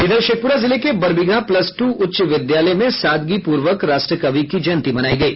इधर शेखपुरा जिले के बरबीघा प्लस टू उच्च विद्यालय में सादगीपूर्वक राष्ट्र कवि की जयंती मनायी गयी